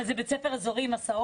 אבל זה בית ספר אזורי עם הסעות.